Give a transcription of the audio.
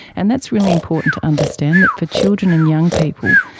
and that's really important to understand, that for children and young people,